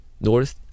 North